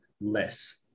less